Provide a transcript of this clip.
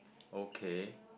okay